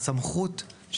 אז משאירים את הסמכות כפתוחה,